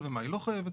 וזה נתון שהוא קריטי.